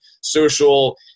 social